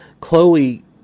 Chloe